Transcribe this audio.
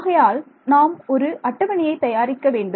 ஆகையால் நாம் ஒரு அட்டவணையை தயாரிக்கவேண்டும்